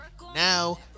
Now